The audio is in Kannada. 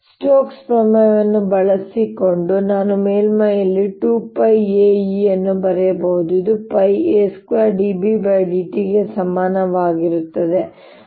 ಸ್ಟೋಕ್ಸ್ ಪ್ರಮೇಯವನ್ನು ಬಳಸಿಕೊಂಡು ನಾನು ಮೇಲ್ಮೈಯಲ್ಲಿ 2πaE ಅನ್ನು ಬರೆಯಬಹುದು ಇದು πa2dBdt ಗೆ ಸಮನಾಗಿರುತ್ತದೆ ಚಿಹ್ನೆಯೊಂದಿಗೆ